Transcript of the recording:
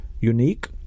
unique